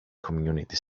community